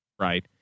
Right